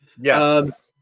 Yes